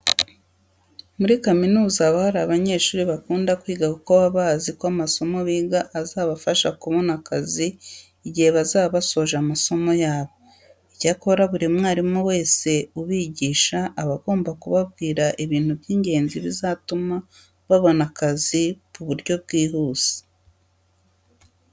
Muri kaminuza haba hari abanyeshuri bakunda kwiga kuko baba bazi ko amasomo biga azabafasha kubona akazi igihe bazaba basoje amasomo yabo. Icyakora buri mwarimu wese ubigisha aba agomba kubabwira ibintu by'ingenzi bizatuma babona akazi ku buryo bwihuse.